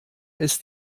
ist